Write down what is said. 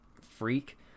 freak